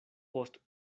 post